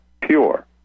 pure